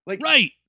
Right